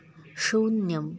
शून्यम्